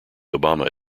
obama